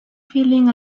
feeling